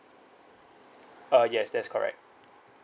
uh yes that is correct